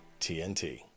TNT